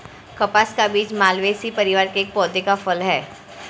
कपास का बीज मालवेसी परिवार के एक पौधे का फल है